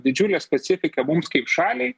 didžiulė specifika mums kaip šaliai